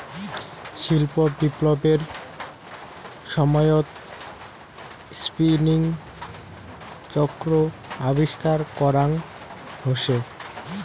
শিল্প বিপ্লবের সময়ত স্পিনিং চক্র আবিষ্কার করাং হসে